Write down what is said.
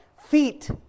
feet